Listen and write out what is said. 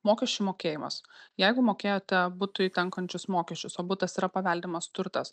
mokesčių mokėjimas jeigu mokėjote butui tenkančius mokesčius o butas yra paveldimas turtas